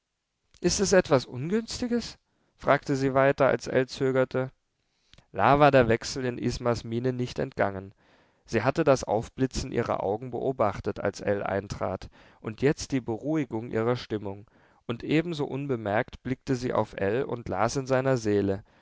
ist es etwas ungünstiges fragte sie weiter als ell zögerte la war der wechsel in ismas mienen nicht entgangen sie hatte das aufblitzen ihrer augen beobachtet als ell eintrat und jetzt die beruhigung ihrer stimmung und ebenso unbemerkt blickte sie auf ell und las in seiner seele